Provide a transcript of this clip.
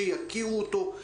שיכירו אותו.